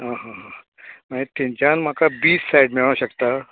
आं हां हां मागीर थंयच्यान म्हाका बिच सायड मेळोंक शकता